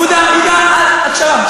עודה, עודה, הקשבה.